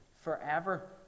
forever